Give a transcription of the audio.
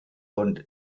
und